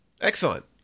excellent